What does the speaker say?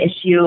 issue